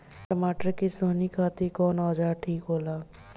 टमाटर के सोहनी खातिर कौन औजार ठीक होला?